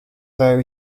though